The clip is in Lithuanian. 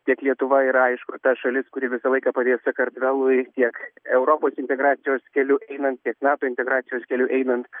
tiek lietuva yra aišku ta šalis kuri visą laiką padės sakartvelui tiek europos integracijos keliu einanti tiek nato integracijos keliu einant